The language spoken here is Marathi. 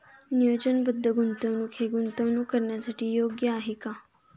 नियोजनबद्ध गुंतवणूक हे गुंतवणूक करण्यासाठी योग्य आहे का?